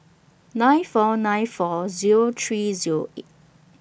nine four nine four Zero three Zero eight